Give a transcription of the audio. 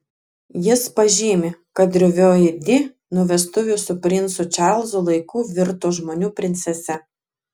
jis pažymi kad drovioji di nuo vestuvių su princu čarlzu laikų virto žmonių princese